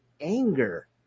anger